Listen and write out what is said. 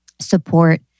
support